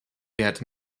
wert